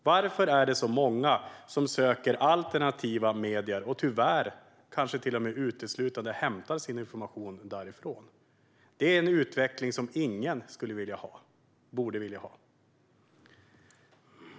Varför är det så många som söker alternativa medier och tyvärr kanske till och med uteslutande hämtar sin information därifrån? Det är en utveckling som ingen borde vilja ha.